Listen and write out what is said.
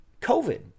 COVID